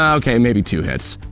um okay, maybe two hits.